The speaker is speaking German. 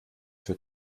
für